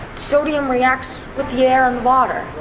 sodium reacts with the air and the water.